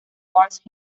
mars